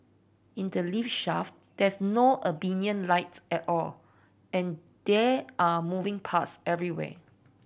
in the lift shaft there's no ambient lights at all and there are moving parts everywhere